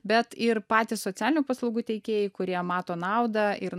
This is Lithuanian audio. bet ir patys socialinių paslaugų teikėjai kurie mato naudą ir